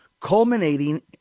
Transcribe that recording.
culminating